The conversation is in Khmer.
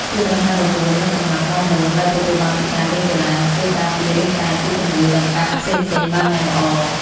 ភាពរហ័សរហួននិងកម្លាំងមាំមួនដែលទទួលបានពីការលេងកីឡានឹងជួយការពាររាងកាយពីជំងឺដង្កាត់ផ្សេងៗបានយ៉ាងល្អ។